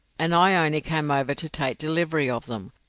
and i only came over to take delivery of them.